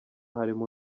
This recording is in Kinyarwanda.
harimo